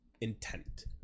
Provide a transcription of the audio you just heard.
intent